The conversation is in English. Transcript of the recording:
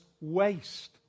waste